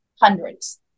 hundreds